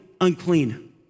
unclean